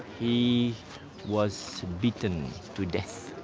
he was beaten to death.